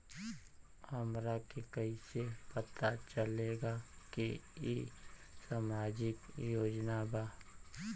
हमरा के कइसे पता चलेगा की इ सामाजिक योजना बा?